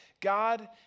God